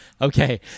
okay